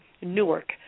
Newark